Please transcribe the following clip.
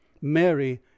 Mary